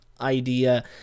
idea